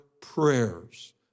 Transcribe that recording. prayers